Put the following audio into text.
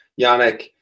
Yannick